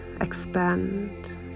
expand